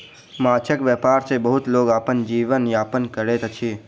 माँछक व्यापार सॅ बहुत लोक अपन जीवन यापन करैत अछि